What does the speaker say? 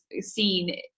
seen